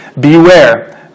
Beware